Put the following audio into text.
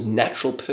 natural